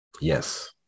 yes